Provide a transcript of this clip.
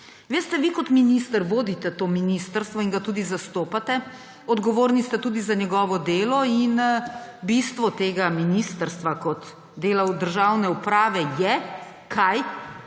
Veste, vi kot minister vodite to ministrstvo in ga tudi zastopate, odgovorni ste tudi za njegovo delo in bistvo tega ministrstva kot delov državne uprave je – kaj?